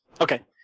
Okay